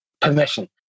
permission